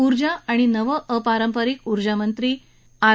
ऊर्जा आणि नव अपारंपारिक ऊर्जा मंत्री आर